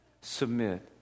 Submit